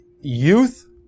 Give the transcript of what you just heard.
youth